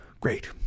Great